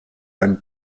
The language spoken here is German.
ein